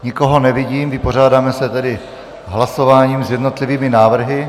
Nikoho nevidím, vypořádáme se tedy hlasováním s jednotlivými návrhy.